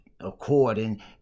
according